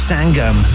Sangam